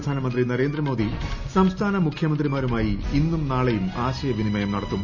പ്രധാനമന്ത്രി നരേന്ദ്രമോദി സംസ്ഥാന മുഖൃമന്ത്രിമാരുമായി ഇന്നും നാളെയും ആശയവിനിമയം നടത്തും